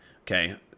Okay